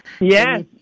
yes